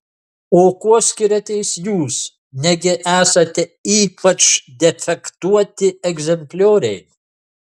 o kuo skiriatės jūs negi esate ypač defektuoti egzemplioriai